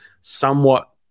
somewhat